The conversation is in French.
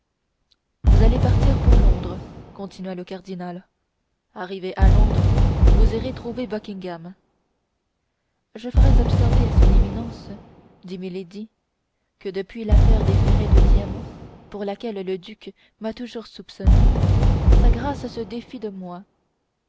vous allez partir pour londres continua le cardinal arrivée à londres vous irez trouver buckingham je ferai observer à son éminence dit milady que depuis l'affaire des ferrets de diamants pour laquelle le duc m'a toujours soupçonnée sa grâce se défie de moi